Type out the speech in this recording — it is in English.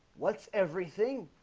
what's everything?